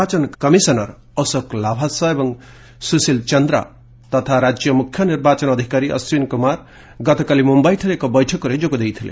ନିର୍ବାଚନ କମିଶନର ଅଶୋକ ଲାଭାସା ଏବଂ ସୁଶୀଲ ଚନ୍ଦ୍ରା ତଥା ରାଜ୍ୟ ମୁଖ୍ୟ ନିର୍ବାଚନ ଅଧିକାରୀ ଅଶ୍ୱିନୀ କୁମାର ଗତକାଲି ମୁମ୍ୟାଇଠାରେ ଏକ ବୈଠକରେ ଯୋଗ ଦେଇଥିଲେ